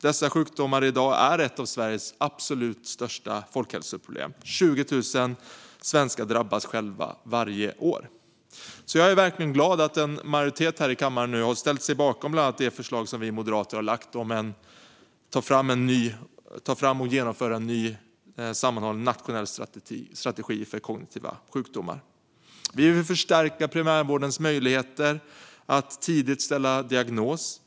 Dessa sjukdomar är i dag ett av Sveriges absolut största folkhälsoproblem. 20 000 svenskar drabbas varje år. Jag är verkligen glad att en majoritet här i kammaren nu ställer sig bakom bland annat det förslag som vi i Moderaterna har lagt fram om att ta fram och genomföra en ny sammanhållen nationell strategi för kognitiva sjukdomar. Vi vill förstärka primärvårdens möjligheter att ställa tidiga diagnoser.